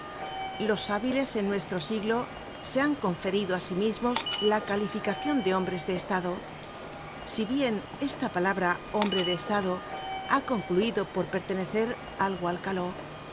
los hábiles en nuestro siglo se han conferido á sí mismos la calificacion de hombres de estado si bien esta palabra hombre de estado ha concluido por pertenecer algo